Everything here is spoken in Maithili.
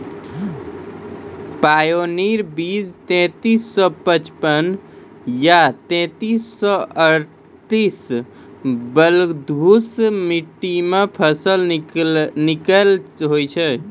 पायोनियर बीज तेंतीस सौ पचपन या तेंतीस सौ अट्ठासी बलधुस मिट्टी मे फसल निक होई छै?